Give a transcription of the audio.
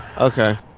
Okay